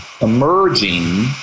emerging